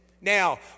Now